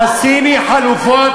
תני לי חלופות.